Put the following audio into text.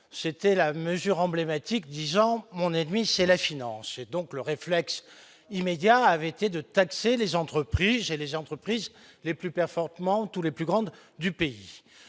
c'était la mesure emblématique disant mon ennemi c'est la finance donc le réflexe immédiat avait été de taxer les entreprises et les entreprises les plus performantes ou les plus grandes du pays